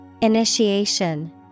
Initiation